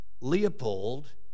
Leopold